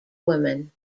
women